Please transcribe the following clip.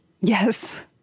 Yes